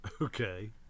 Okay